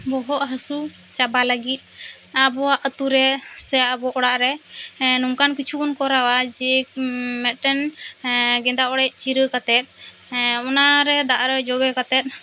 ᱵᱚᱦᱚᱜ ᱦᱟᱹᱥᱩ ᱪᱟᱵᱟ ᱞᱟᱹᱜᱤᱫ ᱟᱵᱚᱭᱟᱜ ᱟᱛᱳ ᱨᱮ ᱥᱮ ᱟᱵᱚ ᱚᱲᱟᱜ ᱨᱮ ᱦᱮᱸ ᱱᱚᱝᱠᱟᱱ ᱠᱤᱪᱷᱩ ᱵᱚᱱ ᱠᱚᱨᱟᱣᱟ ᱡᱮ ᱢᱤᱫᱴᱮᱱ ᱜᱮᱱᱫᱟ ᱚᱲᱮᱡ ᱪᱤᱨᱟᱹ ᱠᱟᱛᱮᱫ ᱚᱱᱟᱨᱮ ᱫᱟᱜᱨᱮ ᱡᱚᱵᱮ ᱠᱟᱛᱮᱫ